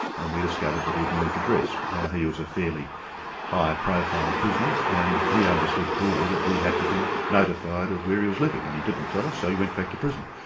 and we discovered that he'd moved address. now he was a fairly high profile prisoner, and he understood clearly that we had to be notified of where he was living, and he didn't tell us, so he went back to prison.